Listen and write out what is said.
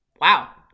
Wow